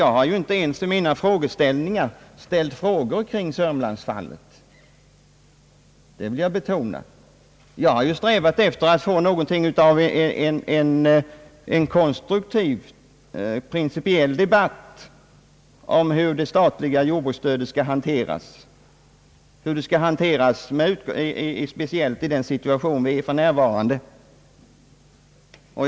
Jag har inte ens ställt frågor kring Sörmlands-fallet, vilket jag vill betona. Jag har strävat efter att få någonting av en konstruktiv principiell debatt om hur det statliga jordbruksstödet skall hanteras, speciellt i den situation där vi för närvarande befinner 9ss.